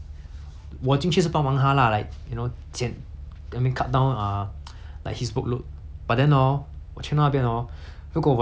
I mean cut down err like his workload but then hor 我去那边 hor 如果我的那个 partner 不在的话 hor !wah! 我跟你讲我死定 liao uh